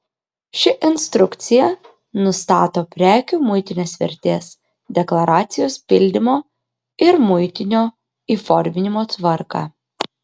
ši instrukcija nustato prekių muitinės vertės deklaracijos pildymo ir muitinio įforminimo tvarką